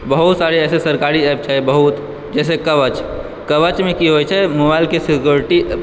बहुत सारा ऐसा सरकारी ऐप छै बहुत जैसे कवच कवचमे की होइ छै मोबाइलके सिक्योरिटी